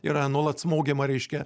yra nuolat smogiama reiškia